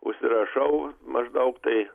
užsirašau maždaug tai